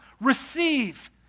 receive